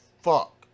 fuck